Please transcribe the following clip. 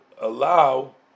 allow